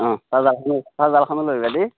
অ তাৰ জালখন তাৰ জালখনো লৈ আহিবা দে